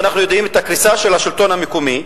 ואנחנו יודעים את הקריסה של השלטון המקומי.